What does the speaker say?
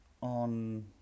on